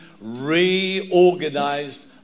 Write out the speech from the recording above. reorganized